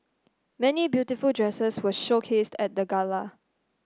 many beautiful dresses were showcased at the gala